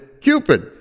Cupid